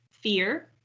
fear